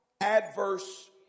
adverse